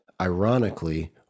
ironically